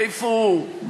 איפה הוא,